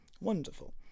Wonderful